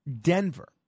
Denver